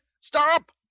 Stop